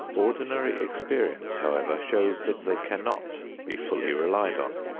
ordinary experience, however, shows that they cannot be fully relied on.